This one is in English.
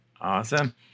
Awesome